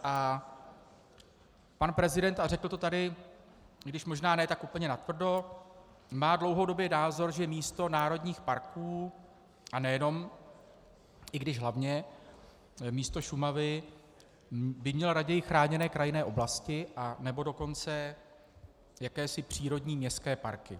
A prezident, a řekl to tady, i když možná ne tak úplně natvrdo, má dlouhodobě názor, že místo národních parků a nejenom, i když hlavně, místo Šumavy by měl raději chráněné krajinné oblasti, anebo dokonce jakési přírodní městské parky.